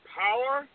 power